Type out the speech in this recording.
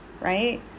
right